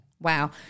Wow